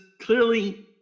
clearly